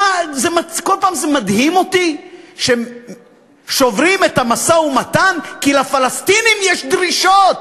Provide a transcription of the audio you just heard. בכל פעם זה מדהים אותי ששוברים את המשא-ומתן כי לפלסטינים יש דרישות.